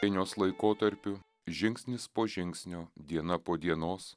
vėnios laikotarpiu žingsnis po žingsnio diena po dienos